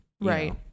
Right